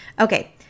Okay